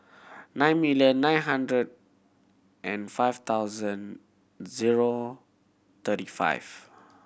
nine million nine hundred and five thousand zero thirty five